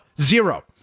Zero